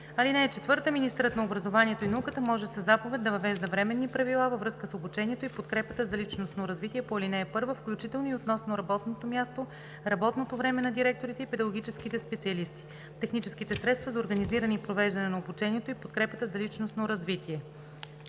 (4) Министърът на образованието и науката може със заповед да въвежда временни правила във връзка с обучението и подкрепата за личностно развитие по ал. 1, включително и относно работното място, работното време на директорите и педагогическите специалисти, техническите средства за организиране и провеждане на обучението и подкрепата за личностно развитие.“